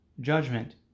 judgment